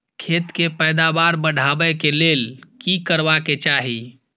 खेत के पैदावार बढाबै के लेल की करबा के चाही?